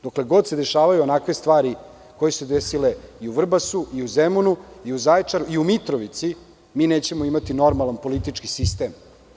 Dokle god se dešavaju onakve stvari koje su se desile i u Vrbasu, i Zemunu, i u Zaječaru, i u Mitrovici, mi nećemo imati normalan politički sistem.